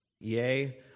Yea